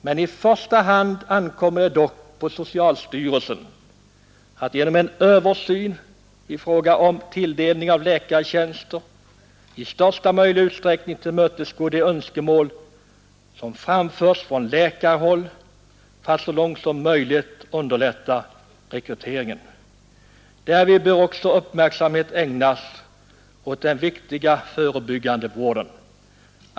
Men i första hand ankommer det dock på socialstyrelsen att genom en översyn av tilldelningen av läkartjänster i största möljiga utsträckning tillmötesgå de önskemål som framförts från läkarhåll för att så långt som möjligt underlätta rekryteringen. Därvid bör också uppmärksamheten ägnas åt den viktiga förebyggande vården.